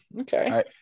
Okay